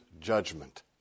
judgment